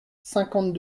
cinquante